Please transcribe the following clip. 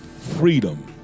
Freedom